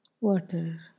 Water